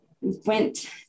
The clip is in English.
went